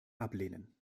ablehnen